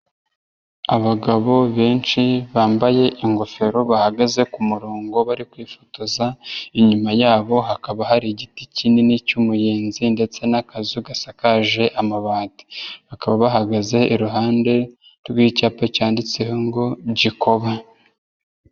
Abagabo benshi bambaye ingofero bahagaze ku murongo bari kwifotoza inyuma yabo hakaba hari igiti kinini cy'umuyenzi ndetse n'akazu gasakaje amabati bakaba bahagaze iruhande rw'icyapa cyanditseho ngo Gikoba.